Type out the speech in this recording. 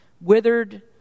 withered